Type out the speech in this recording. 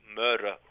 murder